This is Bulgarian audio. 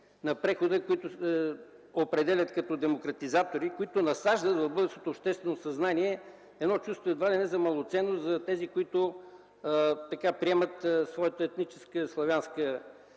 на прехода, които се определят като демократизатори. Те насаждат в българското обществено съзнание едно чувство, едва ли не за малоценност за тези, които приемат своята етническа славянска